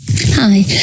Hi